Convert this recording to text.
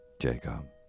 Jacob